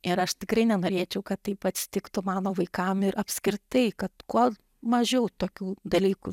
ir aš tikrai nenorėčiau kad taip atsitiktų mano vaikam ir apskritai kad kuo mažiau tokių dalykų